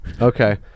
Okay